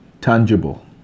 tangible